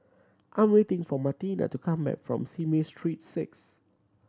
I'm waiting for Martina to come back from Simei Street Six